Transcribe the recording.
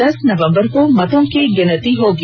दस नवंबर को मर्तों की गिनती होगी